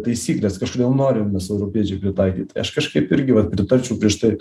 taisykles kažkodėl norim mes europiečiai pritaikyt aš kažkaip irgi vat pritarčiau prieš tai